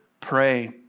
pray